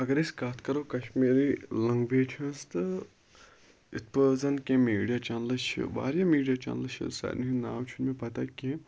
اَگَر أسۍ کتھ کَرو کَشمیٖری لَنٛگویج ہٕنٛز تہٕ اِتھ پٲٹھۍ زَن کینٛہہ میٖڈیا چنلہٕ چھِ واریاہ میٖڈیا چَنلہٕ چھِ سارنٕے ہُنٛد ناو چھُنہٕ مےٚ پَتہ کینٛہہ